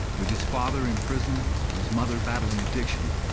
with his father in prison and his mother battling addiction,